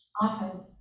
often